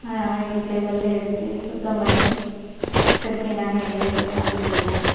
அதனால் வீட்டை வெள்ளை அடித்து சுத்தம் பண்ணி திருப்பியும் நாங்கள் இங்கேயே உட்காந்துகிட்டுருக்கோம்